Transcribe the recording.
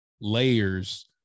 layers